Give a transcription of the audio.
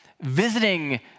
visiting